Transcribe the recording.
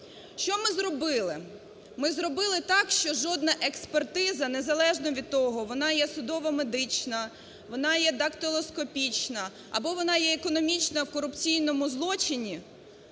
Що ми зробили? Ми зробили так, що жодна експертиза незалежно від того, вона є судово-медична, вона є дактилоскопічна або є економічна в корупційному злочині,